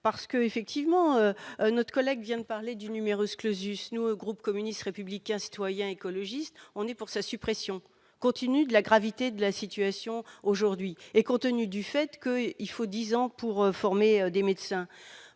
parce que, effectivement, notre collègue vient d'. Parler du numerus clausus nous au groupe communiste, républicain, citoyen écologiste, on est pour sa suppression continue de la gravité de la situation aujourd'hui est contenu du fait que il faut 10 ans pour former des médecins.